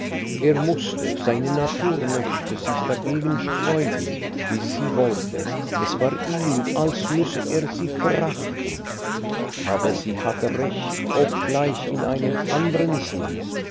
er mußte seine natur mochte sich dagegen sträuben wie sie wollte es war ihm als müsse er sie verachten aber sie hatte recht obgleich in einem andern sinn